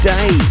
Day